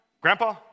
grandpa